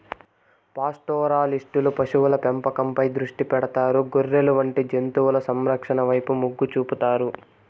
పాస్టోరలిస్టులు పశువుల పెంపకంపై దృష్టి పెడతారు, గొర్రెలు వంటి జంతువుల సంరక్షణ వైపు మొగ్గు చూపుతారు